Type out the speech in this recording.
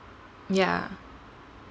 ya